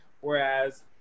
Whereas